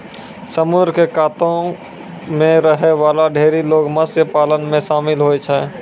समुद्र क कातो म रहै वाला ढेरी लोग मत्स्य पालन म शामिल होय छै